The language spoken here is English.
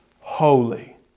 holy